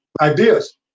ideas